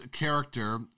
character